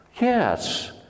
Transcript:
Yes